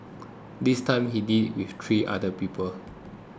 this time he did it with three other people